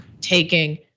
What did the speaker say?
taking